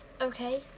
Okay